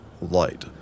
light